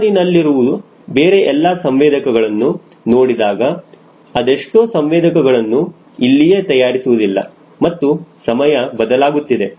ವಿಮಾನದಲ್ಲಿರುವ ಬೇರೆ ಎಲ್ಲಾ ಸಂವೇದಕಗಳನ್ನು ನೋಡಿದಾಗ ಆದಷ್ಟು ಸಂವೇದಕಗಳನ್ನು ಇಲ್ಲಿಯೇ ತಯಾರಿಸುವುದಿಲ್ಲ ಮತ್ತು ಸಮಯ ಬದಲಾಗುತ್ತಿದೆ